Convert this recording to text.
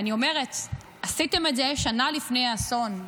אני אומרת, עשיתם את זה שנה לפני האסון,